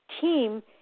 team